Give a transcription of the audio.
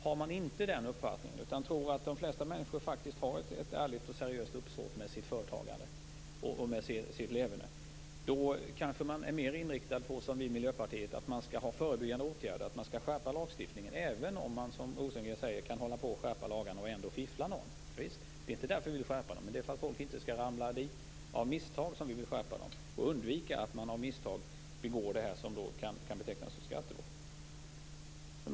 Har man inte den uppfattningen utan tror att de flesta människor faktiskt har ett ärligt och seriöst uppsåt i sitt företagande och i sitt leverne, är man kanske liksom vi i Miljöpartiet mer inriktad på förebyggande åtgärder. Lagstiftningen skall skärpas, även om det är så som Rosengren säger, att några kommer att fiffla även om lagarna skärps. Vi vill undvika att det av misstag inträffar sådant som kan betecknas som skattebrott.